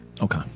Okay